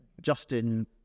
Justin